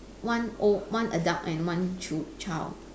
one oh one adult and one chi~ child